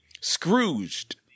Scrooged